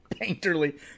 Painterly